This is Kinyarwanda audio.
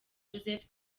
joseph